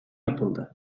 yapıldı